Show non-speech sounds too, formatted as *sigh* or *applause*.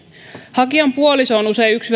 hakijan puoliso on usein yksi *unintelligible*